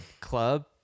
club